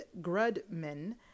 Grudman